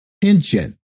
tension